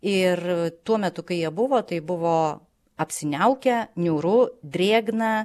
ir tuo metu kai jie buvo tai buvo apsiniaukę niūru drėgna